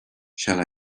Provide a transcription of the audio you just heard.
shall